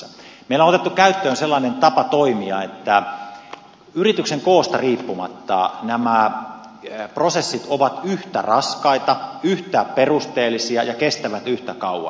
meillä on otettu käyttöön sellainen tapa toimia että yrityksen koosta riippumatta nämä prosessit ovat yhtä raskaita yhtä perusteellisia ja kestävät yhtä kauan